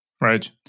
right